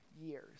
years